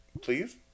please